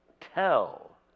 tell